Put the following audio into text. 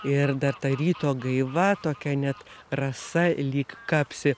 ir dar ta ryto gaiva tokia net rasa lyg kapsi